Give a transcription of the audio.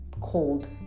cold